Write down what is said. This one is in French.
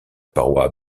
paroi